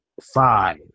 five